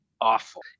awful